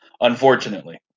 Unfortunately